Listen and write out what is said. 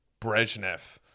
Brezhnev